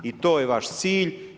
I to je vaš cilj.